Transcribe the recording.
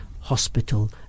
Hospital